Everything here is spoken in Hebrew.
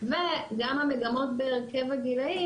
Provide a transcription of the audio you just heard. וגם המגמות בהרכב הגילאים,